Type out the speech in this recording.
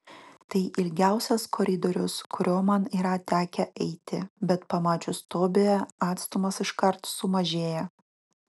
tai ilgiausias koridorius kuriuo man yra tekę eiti bet pamačius tobiją atstumas iškart sumažėja